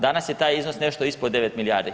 Danas je taj iznos nešto ispod 9 milijardi.